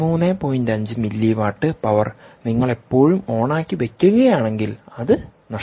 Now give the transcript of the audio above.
5 milliwatt power നിങ്ങൾ എപ്പോഴും on ആക്കി വയ്ക്കുകയാണെങ്കിൽ അത് നഷ്ടമാണ്